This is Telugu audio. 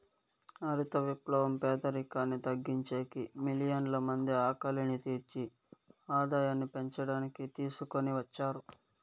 హరిత విప్లవం పేదరికాన్ని తగ్గించేకి, మిలియన్ల మంది ఆకలిని తీర్చి ఆదాయాన్ని పెంచడానికి తీసుకొని వచ్చారు